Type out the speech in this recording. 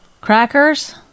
Crackers